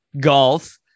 golf